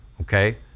Okay